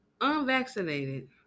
unvaccinated